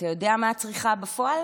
אתה יודע מה הצריכה בפועל